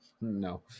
No